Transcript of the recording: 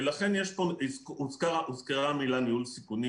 ולכן הוזכר ניהול סיכונים.